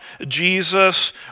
Jesus